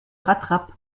rattrape